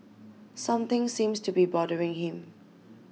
something seems to be bothering him